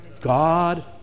God